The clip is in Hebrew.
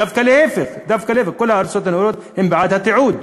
דווקא להפך, כל הארצות הנאורות הן בעד תיעוד.